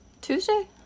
Tuesday